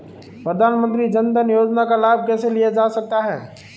प्रधानमंत्री जनधन योजना का लाभ कैसे लिया जा सकता है?